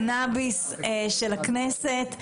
אני שמחה לפתוח את ישיבת ועדת הקנביס של הכנסת,